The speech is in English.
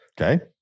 Okay